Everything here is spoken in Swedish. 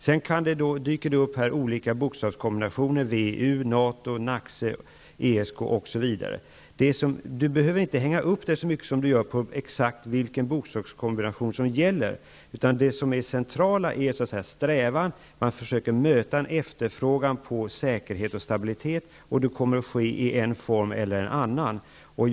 Sedan dyker det här upp olika bokstavskombinationer -- WEU, NATO, NACC, ESK, osv. Gudrun Schyman behöver inte hänga upp sig så mycket som hon gör på exakt vilken bokstavskombination som gäller -- det som är det centrala är strävan: Man försöker möta en efterfrågan på säkerhet och stabilitet, och det kommer att ske i en eller annan form.